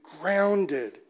grounded